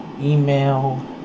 email